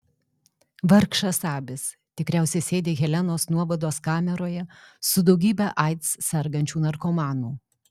vargšas abis tikriausiai sėdi helenos nuovados kameroje su daugybe aids sergančių narkomanų